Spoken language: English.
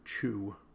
chew